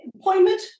appointment